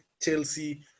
Chelsea